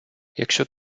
якщо